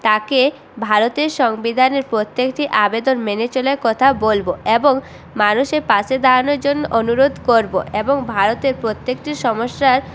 তাকে ভারতের সংবিধানের প্রত্যেকটি আবেদন মেনে চলার কথা বলব এবং মানুষের পাশে দাঁড়ানোর জন্য অনুরোধ করব এবং ভারতের প্রত্যেকটি সমস্যার